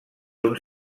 uns